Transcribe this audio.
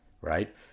right